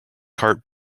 cart